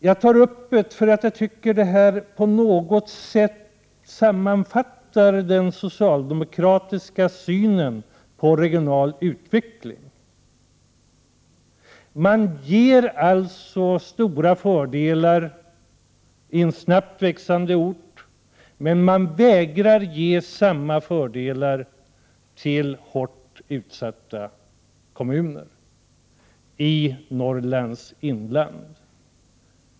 Jag tar upp denna fråga därför att jag tycker att den på något sätt sammanfattar den socialdemokratiska synen på regional utveckling: man ger stora fördelar till en snabbt växande ort men vägrar ge samma fördelar till hårt utsatta kommuner i Norrlands inland.